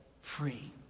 free